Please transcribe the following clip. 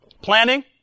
Planning